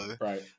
right